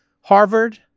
Harvard